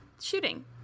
shooting